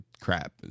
crap